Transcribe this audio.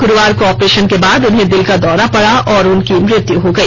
गुरूवार को ऑपरेशन के बाद उन्हें दिल का दौरा पड़ा और उनकी मृत्यु हो गई